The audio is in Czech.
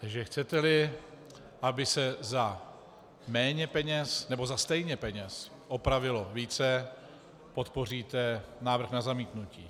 Takže chceteli, aby se za méně peněz nebo stejně peněz opravilo více, podpoříte návrh na zamítnutí.